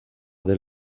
del